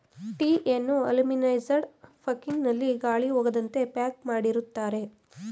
ಟೀಯನ್ನು aluminized packing ನಲ್ಲಿ ಗಾಳಿ ಹೋಗದಂತೆ ಪ್ಯಾಕ್ ಮಾಡಿರುತ್ತಾರೆ